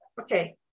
Okay